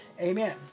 Amen